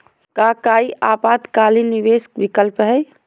का काई अल्पकालिक निवेस विकल्प हई?